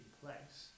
place